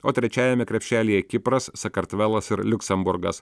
o trečiajame krepšelyje kipras sakartvelas ir liuksemburgas